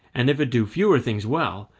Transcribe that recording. and if it do fewer things well,